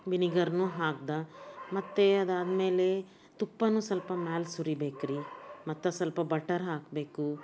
ವಿನೆಗರ್ನೂ ಹಾಕ್ದೆ ಮತ್ತು ಅದಾದ್ಮೇಲೆ ತುಪ್ಪವೂ ಸ್ವಲ್ಪ ಮೇಲೆ ಸುರಿಬೇಕು ರೀ ಮತ್ತು ಸ್ವಲ್ಪ ಬಟರ್ ಹಾಕಬೇಕು